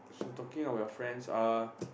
so talking about friends uh